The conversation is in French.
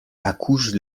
accouche